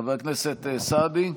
חבר הכנסת סעדי,